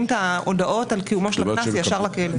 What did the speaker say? את ההודעות על קיומו של הקנס ישר לכלא.